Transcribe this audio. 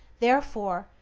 therefore,